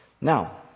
Now